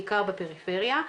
בעיקר בפריפריה.